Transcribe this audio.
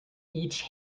each